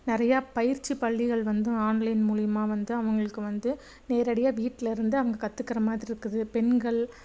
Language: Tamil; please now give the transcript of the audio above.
நிறையா பயிற்சி பள்ளிகள் வந்தும் ஆன்லைன் மூலியமாக வந்து அவங்களுக்கு வந்து நேரடியாக வீட்டுலேருந்தே அவங்க கத்துக்குகிற மாதிரி இருக்குது பெண்கள்